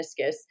meniscus